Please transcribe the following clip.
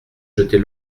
jeter